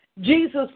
jesus